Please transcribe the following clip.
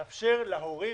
מאפשר להורים,